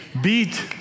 beat